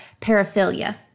paraphilia